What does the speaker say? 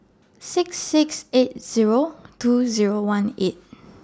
six six eight Zero two Zero one eight